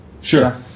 sure